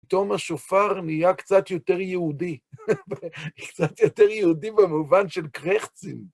פתאום השופר נהיה קצת יותר יהודי, קצת יותר יהודי במובן של קרעכצן.